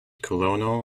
colonel